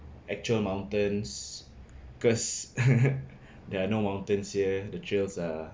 actual mountains because there are no mountains here the trails are